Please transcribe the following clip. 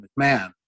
McMahon